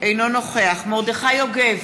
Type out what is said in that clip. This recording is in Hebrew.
אינו נוכח מרדכי יוגב,